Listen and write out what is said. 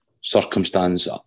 circumstance